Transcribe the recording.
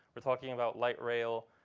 we're talking about light rail.